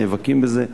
נאבקים בזה.